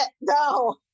no